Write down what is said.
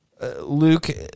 Luke